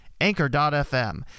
Anchor.fm